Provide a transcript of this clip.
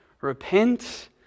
repent